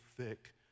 thick